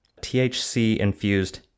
THC-infused